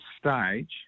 stage